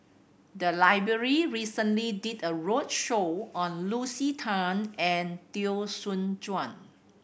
the library recently did a roadshow on Lucy Tan and Teo Soon Chuan